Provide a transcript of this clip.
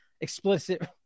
explicit